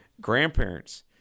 grandparents